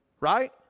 Right